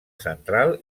central